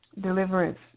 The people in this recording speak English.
deliverance